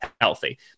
healthy